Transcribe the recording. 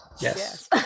Yes